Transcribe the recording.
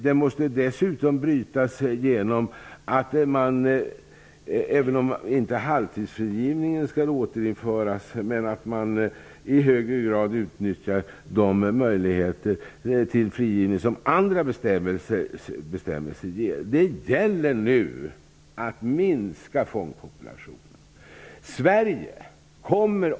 Den måste dessutom brytas genom att man i högre grad utnyttjar de möjligheter till alternativa påföljder till förtida frigivning som dessa bestämmelser ger, även om inte halvtidsfrigivningen skall återinföras. Det gäller nu att minska fångpopulationen.